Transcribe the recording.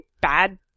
bad